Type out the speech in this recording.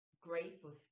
grateful